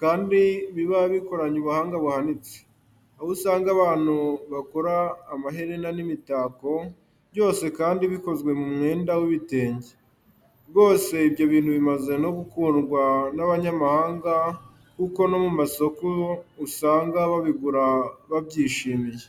kandi biba bikoranye ubuhanga buhanitse, aho usanga abantu bakora amaherena n'imitako byose kandi bikozwe mu mwenda w'ibitenge, rwose ibyo bintu bimaze no gukundwa n'abanyamahanga kuko no mu masoko usanga babigura babyishimiye.